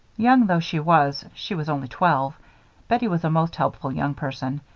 young though she was she was only twelve bettie was a most helpful young person.